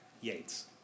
Yates